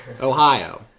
Ohio